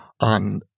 on